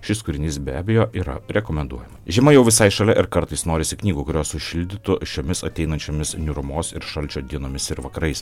šis kūrinys be abejo yra rekomenduojama žiema jau visai šalia ir kartais norisi knygų kurios sušildytų šiomis ateinančiomis niūrumos ir šalčio dienomis ir vakarais